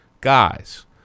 guys